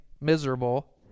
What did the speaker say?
miserable